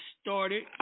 started